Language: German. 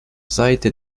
seite